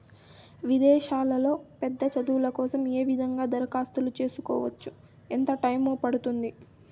విదేశాల్లో పెద్ద చదువు కోసం ఏ విధంగా దరఖాస్తు సేసుకోవచ్చు? ఎంత టైము పడుతుంది?